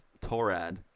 Torad